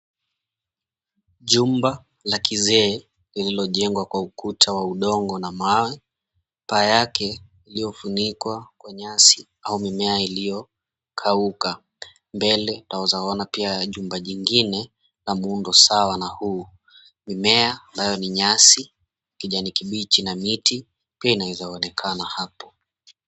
Jumba la kizee lililojengwa kwa ukuta wa udongo na mawe paa yake iliyofunikwa kwa nyasi au mimea iliyokauka ,mbele tunaweza ona pia jumba jingine la muundo sawa na hu, mimea ambayo ni nyasi ya kijani kibichi na miti pia inawezaonekana hapo.